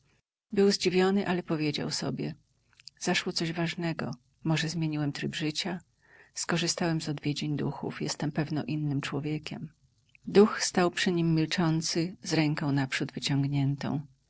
był zdziwiony ale powiedział sobie zaszło coś ważnego może zmieniłem tryb życia skorzystałem z odwiedzin duchów jestem pewno innym człowiekiem duch stał przy nim milczący z ręką naprzód wyciągniętą